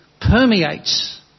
permeates